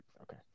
Okay